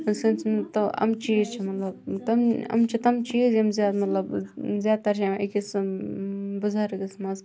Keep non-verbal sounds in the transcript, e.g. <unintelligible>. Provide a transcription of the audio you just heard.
<unintelligible> یِم چیٖز چھِ مَطلَب تَم یِم چھِ تَم چیٖز یِم زیادٕ مَطلَب زیادٕ تَر چھِ یِوان أکِس بُزَرگَس مَنٛز